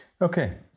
Okay